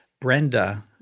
Brenda